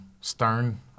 stern